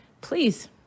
please